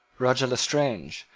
roger lestrange,